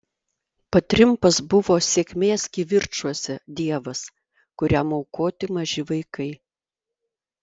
patrimpas buvo sėkmės kivirčuose dievas kuriam aukoti maži vaikai